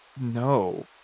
No